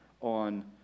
on